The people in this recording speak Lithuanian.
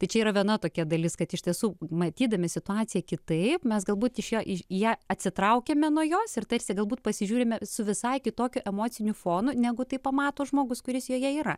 tai čia yra viena tokia dalis kad iš tiesų matydami situaciją kitaip mes galbūt iš jo į ją atsitraukiame nuo jos ir tarsi galbūt pasižiūrime su visai kitokiu emociniu fonu negu tai pamato žmogus kuris joje yra